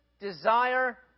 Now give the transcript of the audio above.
Desire